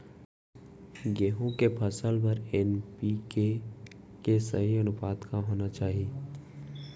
गेहूँ के फसल बर एन.पी.के के सही अनुपात का होना चाही?